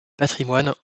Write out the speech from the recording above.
patrimoine